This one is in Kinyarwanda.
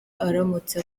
aramutse